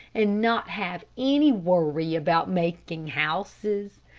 and not have any worry about making houses.